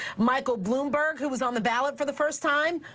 michael bloomberg, who was on the ballot for the first time,